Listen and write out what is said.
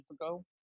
ago